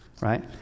right